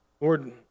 Lord